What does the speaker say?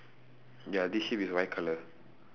ya this sheep is white colour